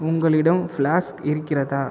உங்களிடம் ஃப்ளாஸ்க் இருக்கிறதா